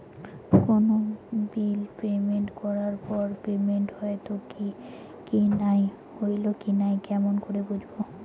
কোনো bill payment করার পর পেমেন্ট হইল কি নাই কেমন করি বুঝবো?